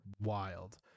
wild